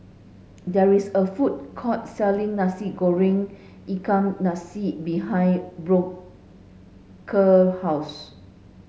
there is a food court selling Nasi Goreng Ikan Masin behind Booker house